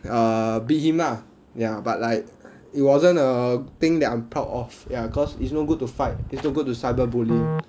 err beat him lah ya but like it wasn't a thing that I'm proud of ya cause it's no good to fight it's no good to cyber bully